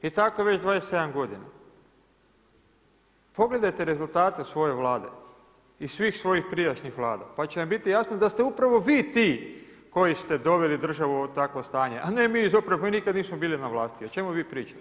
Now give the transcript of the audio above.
I tako već 27 g. Pogledajte rezultate svoje vlade i svih svojih prijašnjih vlada, pa će vam biti jasno da ste upravo vi ti, koji ste doveli državu u takvu stanje, a ne mi iz oporbe koji nikada nismo bili na vlasti, o čemu vi pričate?